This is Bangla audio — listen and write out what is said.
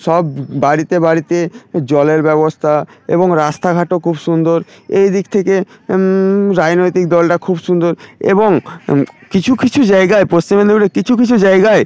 সব বাড়িতে বাড়িতে জলের ব্যবস্থা এবং রাস্তাঘাটও খুব সুন্দর এইদিক থেকে রাজনৈতিক দলটা খুব সুন্দর এবং কিছু কিছু জায়গায় পশ্চিম মেদিনীপুরের কিছু কিছু জায়গায়